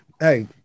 Hey